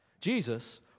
Jesus